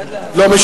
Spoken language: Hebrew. טיבי